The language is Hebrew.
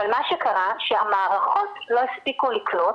אבל מה שקרה, שהמערכות לא הספיקו לקלוט